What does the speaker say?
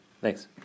Thanks